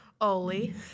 Oli